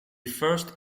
first